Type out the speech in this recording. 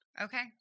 Okay